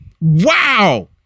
Wow